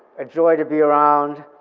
a joy to be around,